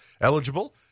eligible